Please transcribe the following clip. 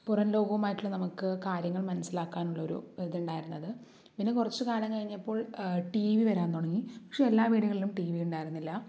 പുറംലോകവുമായിട്ടുള്ള നമുക്ക് കാര്യങ്ങൾ മനസ്സിലാക്കാനുള്ള ഒരു ഇതുണ്ടായിരുന്നത് പിന്നെ കുറച്ചു കാലം കഴിഞ്ഞപ്പോൾ ടി വി വരാൻ തുടങ്ങി പക്ഷേ എല്ലാ വീടുകളിലും ടി വി ഉണ്ടായിരുന്നില്ല